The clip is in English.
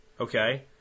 Okay